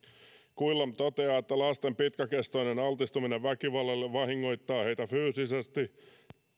quilliam toteaa että lasten pitkäkestoinen altistuminen väkivallalle vahingoittaa heitä sekä fyysisesti